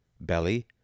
belly